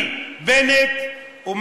בנט אומר